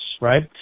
right